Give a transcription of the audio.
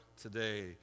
today